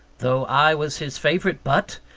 though i was his favourite butt,